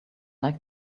like